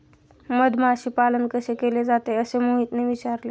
मधमाशी पालन कसे केले जाते? असे मोहितने विचारले